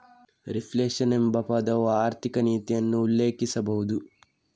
reflation ಎಂಬ ಪದವು ಆರ್ಥಿಕ ನೀತಿಯನ್ನು ಉಲ್ಲೇಖಿಸಬಹುದು